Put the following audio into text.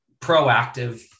proactive